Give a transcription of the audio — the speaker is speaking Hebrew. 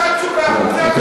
אין לך תשובה, זה הכול.